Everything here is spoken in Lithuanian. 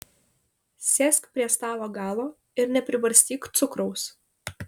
sėsk prie stalo galo ir nepribarstyk cukraus